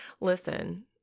listen